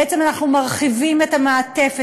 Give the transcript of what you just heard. בעצם אנחנו מרחיבים את המעטפת,